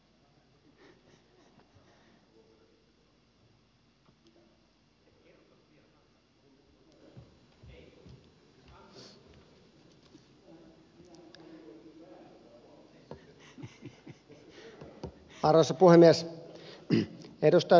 edustaja salolainen otti hyvän lähtökohdan asiaan